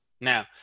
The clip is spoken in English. Now